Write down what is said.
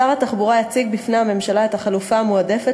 שר התחבורה יציג בפני הממשלה את החלופה המועדפת